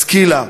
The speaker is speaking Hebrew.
השכילה,